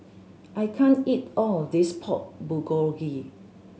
I can't eat all of this Pork Bulgogi